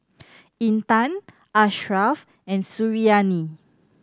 Intan Ashraf and Suriani